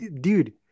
Dude